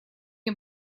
мне